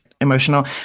emotional